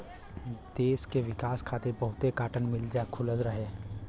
देस के विकास खातिर बहुते काटन मिल खुलल रहे